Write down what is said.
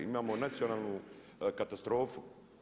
Imamo nacionalnu katastrofu.